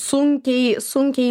sunkiai sunkiai